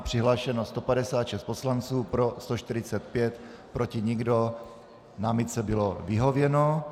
Přihlášeno 156 poslanců, pro 145, proti nikdo, námitce bylo vyhověno.